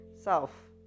self